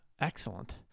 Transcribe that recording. excellent